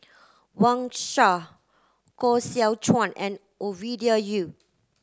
Wang Sha Koh Seow Chuan and Ovidia Yu